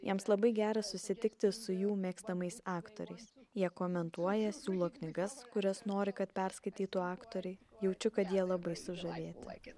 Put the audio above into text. jiems labai gera susitikti su jų mėgstamais aktoriais jie komentuoja siūlo knygas kurias nori kad perskaitytų aktoriai jaučiu kad jie labai sužavėti